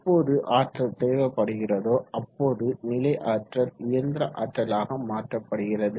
எப்போது ஆற்றல் தேவைப்படுகிறதோ அப்போது நிலை ஆற்றல் இயந்திர ஆற்றலாக மாற்றப்படுகிறது